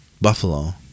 Buffalo